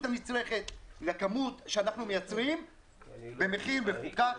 הנצרכת לכמות שאנחנו מייצרים במחיר מפוקח.